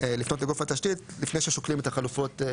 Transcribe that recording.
לפנות לגוף התשתית לפני ששוקלים את החלופות,